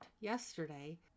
yesterday